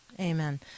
Amen